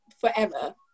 forever